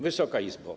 Wysoka Izbo!